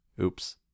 Oops